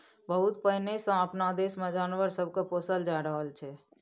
बहुत पहिने सँ अपना देश मे जानवर सब के पोसल जा रहल छै